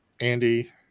Andy